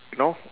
you know